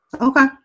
Okay